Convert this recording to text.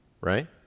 right